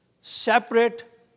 separate